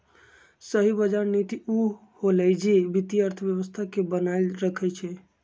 सही बजार नीति उ होअलई जे वित्तीय अर्थव्यवस्था के बनाएल रखई छई